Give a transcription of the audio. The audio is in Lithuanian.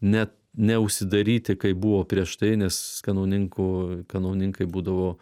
ne neužsidaryti kaip buvo prieš tai nes kanauninkų kanauninkai būdavo